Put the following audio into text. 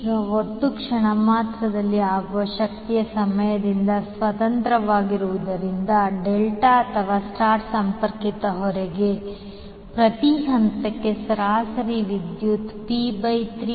ಈಗ ಒಟ್ಟು ಕ್ಷಣಮಾತ್ರದಲ್ಲಿ ಆಗುವ ಶಕ್ತಿಯು ಸಮಯದಿಂದ ಸ್ವತಂತ್ರವಾಗಿರುವುದರಿಂದ ಡೆಲ್ಟಾ ಅಥವಾ ಸ್ಟರ್ ಸಂಪರ್ಕಿತ ಹೊರೆಗೆ ಪ್ರತಿ ಹಂತಕ್ಕೆ ಸರಾಸರಿ ವಿದ್ಯುತ್ p 3